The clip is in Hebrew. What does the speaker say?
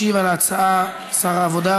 משיב על ההצעה שר העבודה,